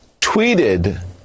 tweeted